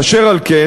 אשר על כן,